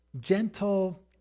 gentle